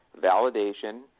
validation